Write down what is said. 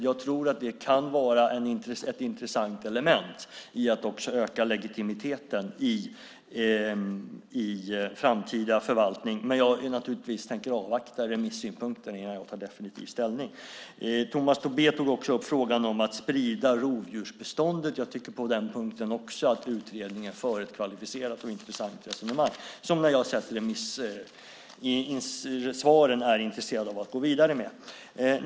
Jag tror att det kan vara ett intressant element i att också öka legitimiteten i framtida förvaltning. Men jag tänker naturligtvis avvakta remissynpunkter innan jag tar definitiv ställning. Tomas Tobé tog också upp frågan om att sprida rovdjursbeståndet. Jag tycker på den punkten att utredningen för ett kvalificerat och intressant resonemang som jag, när jag har sett remissvaren, är intresserad av att gå vidare med.